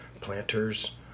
planters